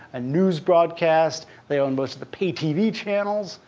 a news broadcast, they own most of the pay tv channels.